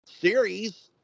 series